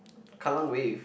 kallang Wave